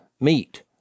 meet